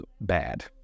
bad